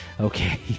Okay